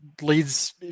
leads